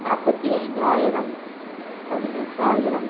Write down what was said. நாற்பத்தி ஐந்து ஆயிரம் பதினெட்டாயிரம்